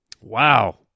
Wow